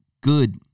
good